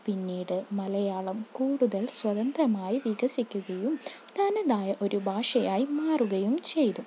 പിന്നീട് മലയാളം കൂടുതൽ സ്വതന്ത്രമായി വികസിക്കുകയും താനതായ ഒരു ഭാഷയായി മാറുകയും ചെയ്തു